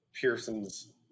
Pearson's